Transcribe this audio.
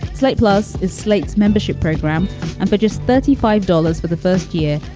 slate plus is slate's membership program and for just thirty five dollars for the first year.